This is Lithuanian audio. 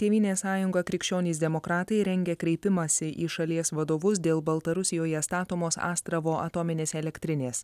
tėvynės sąjunga krikščionys demokratai rengia kreipimąsi į šalies vadovus dėl baltarusijoje statomos astravo atominės elektrinės